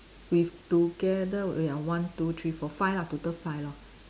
with together we are one two three four five lah total five lor